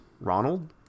Ronald